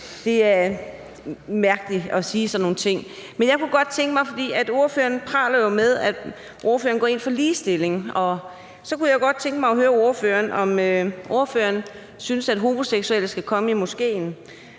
det er mærkeligt at sige sådan nogle ting. Ordføreren praler jo med, at ordføreren går ind for ligestilling, og så kunne jeg jo godt tænke mig at høre, om ordføreren synes, at homoseksuelle skal komme i moskéen.